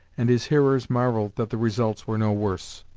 and his hearers marvelled that the results were no worse.